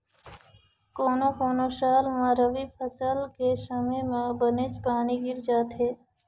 कोनो कोनो साल म रबी फसल के समे म बनेच पानी गिर जाथे